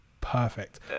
perfect